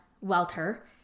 Welter